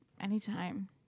anytime